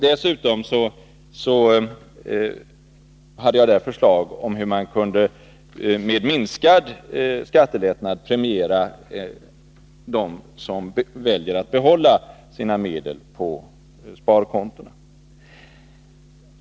Dessutom hade jag ett förslag om hur man med minskad skattelättnad skulle kunna premiera dem som väljer att behålla sina medel på sparkontona.